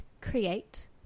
create